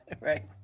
right